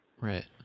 Right